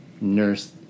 nurse